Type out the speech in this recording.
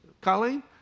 Colleen